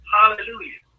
Hallelujah